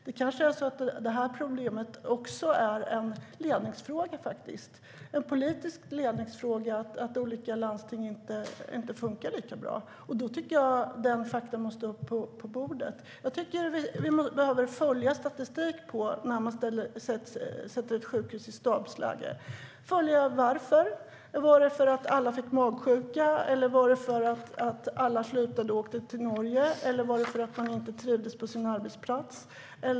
Det kanske är så att det här problemet också är en politisk ledningsfråga, att olika landsting inte fungerar lika bra. Då tycker jag att detta faktum måste upp på bordet. Vi behöver följa statistik om när man sätter ett sjukhus i stabsläge och varför det sker. Var det för att alla fick magsjuka? Var det för att alla slutade och åkte till Norge? Eller var det för att de inte trivdes på sin arbetsplats?